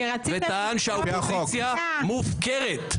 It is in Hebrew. וטען שהאופוזיציה מופקרת.